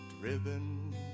driven